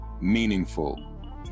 meaningful